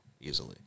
easily